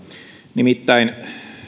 nimittäin